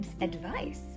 advice